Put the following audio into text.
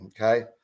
Okay